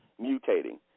mutating